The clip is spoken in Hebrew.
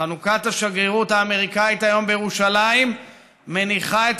חנוכת השגרירות האמריקנית היום בירושלים מניחה את